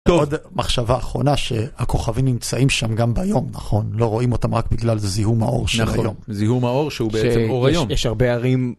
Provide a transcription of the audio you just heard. עוד מחשבה אחרונה, שהכוכבים נמצאים שם גם ביום, נכון? לא רואים אותם רק בגלל זיהום האור של היום. זיהום האור שהוא בעצם אור היום. יש הרבה ערים...